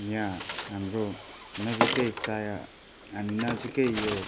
यहाँ हाम्रो नजिकै प्राय हामी नजिकै यो